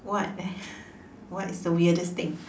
what eh what is the weirdest thing